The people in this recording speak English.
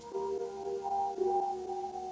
oh